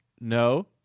No